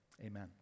Amen